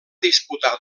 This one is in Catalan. disputar